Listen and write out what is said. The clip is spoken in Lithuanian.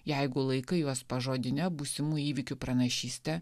jeigu laikai juos pažodine būsimų įvykių pranašyste